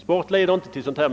Sport leder inte till sådant men